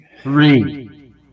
Three